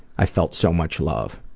i felt so much love.